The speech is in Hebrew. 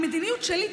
המדיניות שלי,